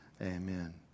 Amen